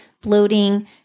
bloating